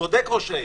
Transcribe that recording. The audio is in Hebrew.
צודק ראש העיר.